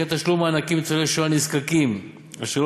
וכן תשלום מענקים לניצולי שואה נזקקים אשר לא